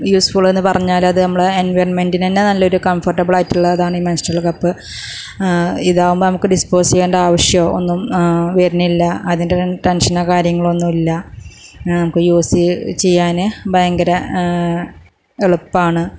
use full എന്ന് പറഞ്ഞാല് അത് നമ്മളുടെ എൻവെയൺമെൻറ്റിന് തന്നെ നല്ലൊര് കംഫോർട്ടബിൾ ആയിട്ടുള്ളതാണ് ഈ മെൻസ്ട്രൽ കപ്പ് ഇതാകുമ്പം നമുക്ക് ഡിസ്പോസ് ചെയ്യണ്ട ആവശ്യം ഒന്നും വരുന്നില്ല അതിൻ്റെ ടെൻ ടെൻഷനോ കാര്യങ്ങളോ ഒന്നും ഇല്ല നമുക്ക് യൂസ് ചെയ്യാന് ഭയങ്കര എളുപ്പമാണ്